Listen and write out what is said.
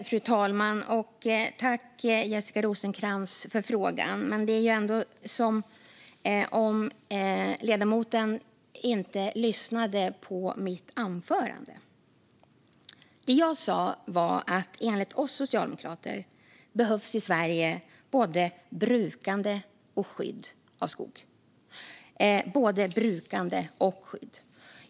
Fru talman! Tack för frågan, Jessica Rosencrantz! Det är som om ledamoten inte lyssnade på mitt anförande. Det jag sa var att det enligt oss socialdemokrater behövs både brukande och skydd av skog i Sverige - både brukande och skydd.